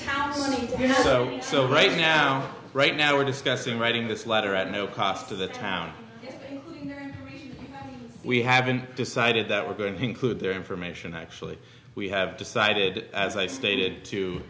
housing so right now right now we're discussing writing this letter at no cost to the town we haven't decided that we're going to include their information actually we have decided as i stated